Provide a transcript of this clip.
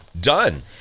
done